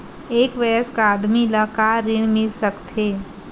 एक वयस्क आदमी ल का ऋण मिल सकथे?